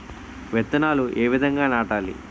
విత్తనాలు ఏ విధంగా నాటాలి?